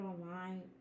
online